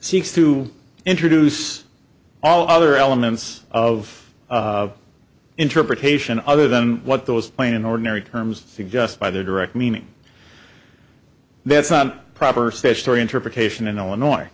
seeks to introduce all other elements of interpretation other than what those plain ordinary terms think just by their direct meaning that's not a proper statutory interpretation in illinois